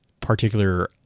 particular